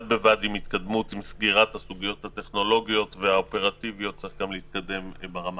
בד בבד עם סגירת הסוגיה הטכנולוגית צריך גם להתקדם ברמה